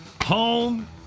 home